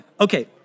Okay